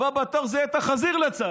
הבא בתור זה יהיה את החזיר לצה"ל.